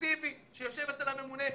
קונסטרוקטיבי שיושב אצל הממונה.